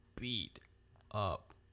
beat-up